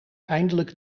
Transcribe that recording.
eindelijk